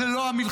זו לא המלחמה.